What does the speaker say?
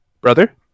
Brother